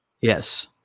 Yes